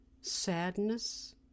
Sadness